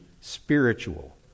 spiritual